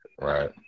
Right